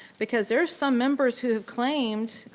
because there are some members who claimed,